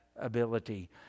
ability